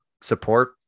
support